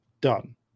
done